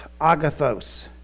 agathos